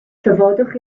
trafodwch